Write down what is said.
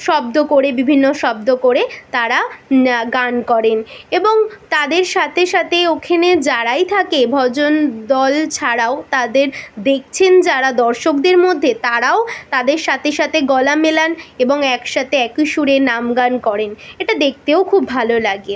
শব্দ করে বিভিন্ন শব্দ করে তারা গান করেন এবং তাদের সাথে সাথে ওখেনে যারাই থাকে ভজন দল ছাড়াও তাদের দেখছেন যারা দর্শকদের মধ্যে তারাও তাদের সাথে সাথে গলা মেলান এবং একসাথে একই সুরে নাম গান করেন এটা দেখতেও খুব ভালো লাগে